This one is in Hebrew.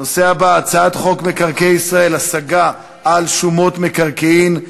הנושא הבא: הצעת חוק מקרקעי ישראל (השגה על שומות מקרקעין),